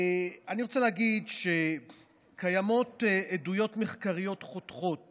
אני רוצה להגיד שקיימות עדויות מחקריות חותכות